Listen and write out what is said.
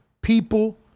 people